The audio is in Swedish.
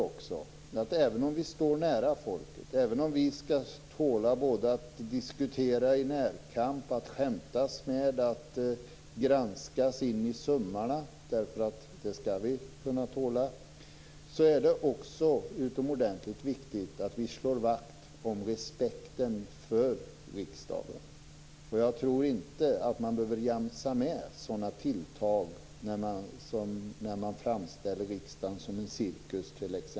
Även om vi står nära folket, även om vi skall tåla att diskutera i närkamp, att skämta, att granskas in i sömmarna, är det också utomordentligt viktigt att vi slår vakt om respekten för riksdagen. Jag tror inte att man behöver jamsa med när riksdagen framställs som en cirkus.